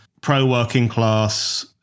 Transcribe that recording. pro-working-class